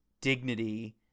dignity